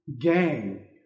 gang